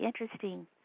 interesting